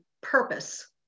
purpose